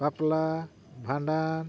ᱵᱟᱯᱞᱟ ᱵᱷᱟᱸᱰᱟᱱ